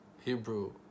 Hebrew